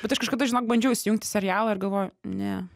bet aš kažkada žinok bandžiau įsijungti serialą ir galvoju ne